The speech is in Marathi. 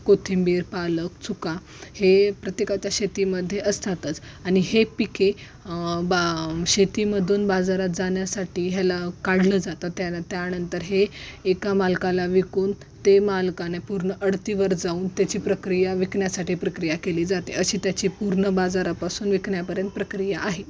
कोथिंबीर पालक चुका हे प्रत्येकाच्या शेतीमध्ये असतातच आणि हे पिके बा शेतीमधून बाजारात जाण्यासाठी ह्याला काढलं जातं त्यान त्यानंतर हे एका मालकाला विकून ते मालकाने पूर्ण अडतीवर जाऊन त्याची प्रक्रिया विकण्यासाठी प्रक्रिया केली जाते अशी त्याची पूर्ण बाजारापासून विकण्यापर्यंत प्रक्रिया आहे